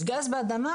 אז גז באדמה,